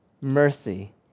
mercy